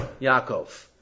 Yaakov